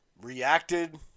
reacted